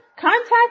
contact